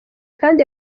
kandi